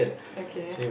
okay